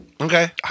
Okay